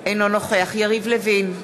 אינו נוכח יריב לוין,